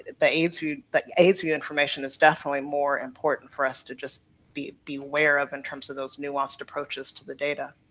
the aidsvu the aidsvu information is definitely more important for us to just be be aware of in terms of those nuanced approaches to the data.